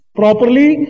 properly